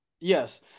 yes